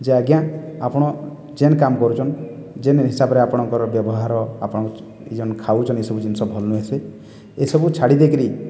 ଯେ ଆଜ୍ଞା ଆପଣ ଯେଉଁ କାମ କରୁଛନ୍ତି ଯେଉଁ ହିସାବରେ ଆପଣଙ୍କର ବ୍ୟବହାର ଆପଣ ଯେଉଁ ଖାଉଛନ୍ତି ଏହିସବୁ ଜିନିଷ ଭଲ ନୁହେଁ ସେ ଏସବୁ ଛାଡ଼ି ଦେଇକରି